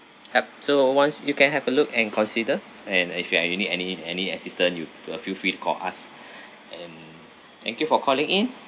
have so once you can have a look and consider and and if you are need any any assistance you to a feel free to call us and thank you for calling in